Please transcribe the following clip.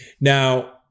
Now